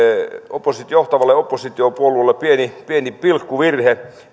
johtavalle oppositiopuolueelle pieni pieni pilkkuvirhe